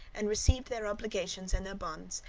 and received their obligations and their bonds,